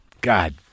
God